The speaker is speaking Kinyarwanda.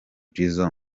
jizzo